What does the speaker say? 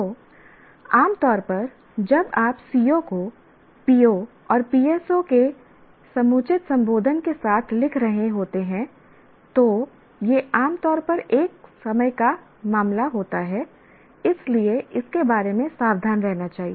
तो आम तौर पर जब आप CO को PO और PSO के समुचित संबोधन के साथ लिख रहे होते हैं तो यह आम तौर पर एक समय का मामला होता है इसलिए इसके बारे में सावधान रहना चाहिए